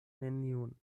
neniun